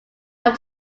have